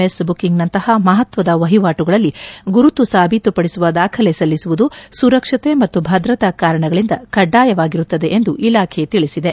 S ಬುಕಿಂಗ್ನಂತಹ ಮಹತ್ತದ ವಹಿವಾಟುಗಳಲ್ಲಿ ಗುರುತು ಸಾಬೀತುಪಡಿಸುವ ದಾಖಲೆ ಸಲ್ಲಿಸುವುದು ಸುರಕ್ಷತೆ ಮತ್ತು ಭದ್ರತಾ ಕಾರಣಗಳಿಂದ ಕಡ್ಡಾಯವಾಗಿರುತ್ತದೆ ಎಂದು ಇಲಾಖೆ ತಿಳಿಸಿದೆ